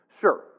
Sure